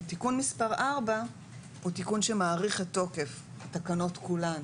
תיקון מס' 4 הוא תיקון שמאריך את תוקף התקנות כולן.